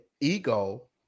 ego